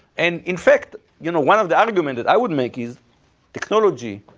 and in fact, you know one of the arguments that i would make is technology,